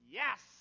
yes